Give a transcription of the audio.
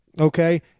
Okay